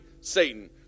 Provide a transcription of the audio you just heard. Satan